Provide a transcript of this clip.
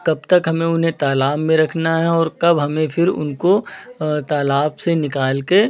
कब तक हमें उन्हें तालाब में रखना है और कब हमें फिर उनको तालाब से निकाल के